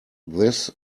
this